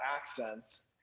accents